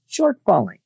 shortfalling